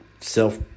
self